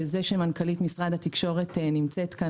וזה שמנכ"לית משרד התקשורת נמצאת פה,